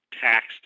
taxed